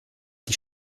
die